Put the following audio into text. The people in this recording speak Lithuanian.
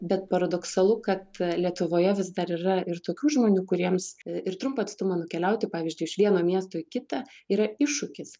bet paradoksalu kad lietuvoje vis dar yra ir tokių žmonių kuriems ir trumpą atstumą nukeliauti pavyzdžiui iš vieno miesto į kitą yra iššūkis